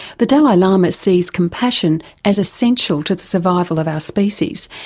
the dalai lama sees compassion as essential to the survival of our species,